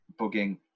bugging